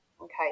Okay